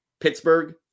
Pittsburgh